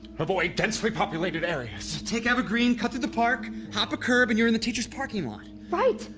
avoid densely populated areas. take evergreen, cut through the park, hop a curb, and you're in the teachers parking lot. right!